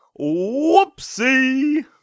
whoopsie